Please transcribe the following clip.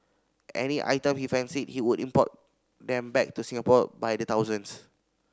any items he fancied he would import them back to Singapore by the thousands